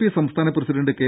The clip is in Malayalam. പി സംസ്ഥാന പ്രസിഡണ്ട് കെ